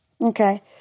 Okay